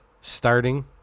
starting